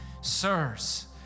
sirs